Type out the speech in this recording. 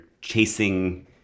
chasing